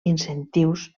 incentius